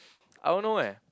I won't know eh